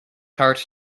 heart